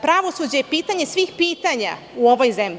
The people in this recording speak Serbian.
Pravosuđe je pitanje svih pitanja u ovoj zemlji.